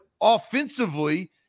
offensively